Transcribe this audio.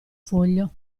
foglio